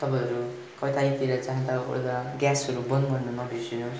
तपाईँहरू कतैतिर जाँदा ओर्दा ग्यासहरू बन्द गर्न नबिर्सिनु होस्